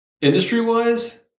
industry-wise